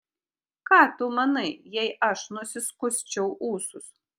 ką tu manai jei aš nusiskusčiau ūsus